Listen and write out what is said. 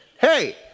hey